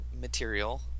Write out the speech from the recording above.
material